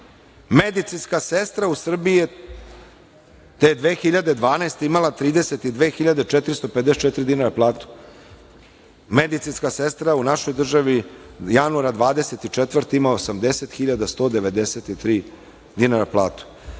medicinska sestra u Srbiji je te 2012. godine imala 32.454 dinara platu, medicinska sestra u našoj državi januara 2024. godine ima 80.193 dinara platu.